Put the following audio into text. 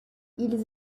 ils